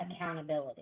accountability